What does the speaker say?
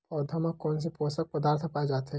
पौधा मा कोन से पोषक पदार्थ पाए जाथे?